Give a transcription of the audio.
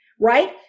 right